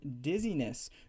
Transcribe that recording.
dizziness